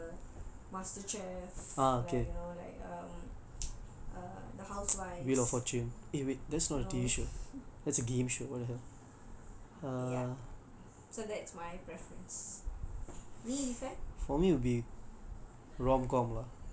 ya like big boss like the masterchef like you know like um um the housewives no ya that's my preference நீ:nee irfan